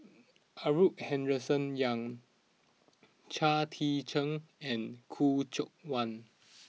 Arthur Henderson Young Chao Tzee Cheng and Khoo Seok Wan